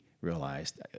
realized